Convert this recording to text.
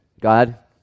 God